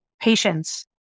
patience